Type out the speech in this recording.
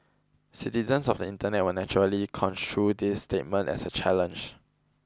citizens of the Internet will naturally construe this statement as a challenge